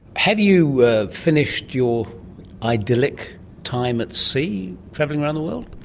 have you finished your idyllic time at sea travelling around the world?